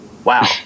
Wow